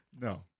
No